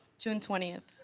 june twentieth.